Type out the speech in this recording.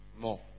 more